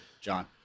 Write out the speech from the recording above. John